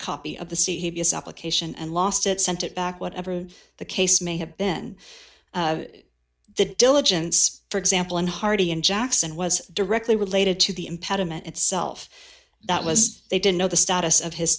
copy of the c b s application and lost it sent it back whatever the case may have been the diligence for example in hardy and jackson was directly related to the impediment itself that was they didn't know the status of his